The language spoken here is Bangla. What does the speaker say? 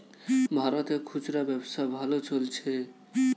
ভারতে খুচরা ব্যবসা ভালো চলছে